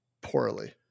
poorly